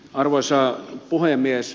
arvoisa puhemies